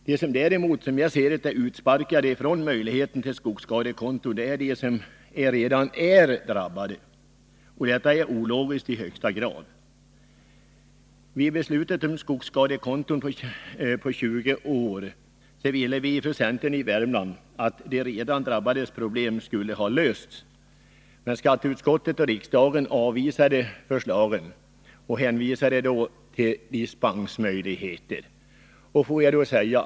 De som saknar möjlighet att göra insättning på skogsskadekonto är, enligt mitt sätt att se på saken, de som redan drabbats av skador. Detta är i högsta grad ologiskt. När det gäller beslutet om skogsskadekonton på 20 år har vi inom centern i Värmland velat att frågan om de redan drabbades problem först skulle lösas. Men skatteutskottet och riksdagen avvisade våra förslag och hänvisade till möjligheten att få dispens.